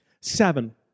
Seven